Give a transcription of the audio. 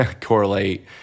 correlate